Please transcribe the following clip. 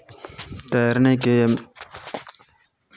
तैरने के